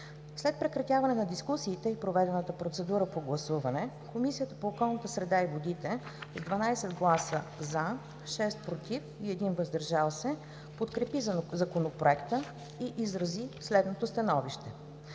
След прекратяване на дискусиите и проведената процедура по гласуване Комисията по околната среда и водите, с 12 гласа „за“, 6 ”против“ и 1 ”въздържал се“ подкрепи Законопроекта и изрази следното становище: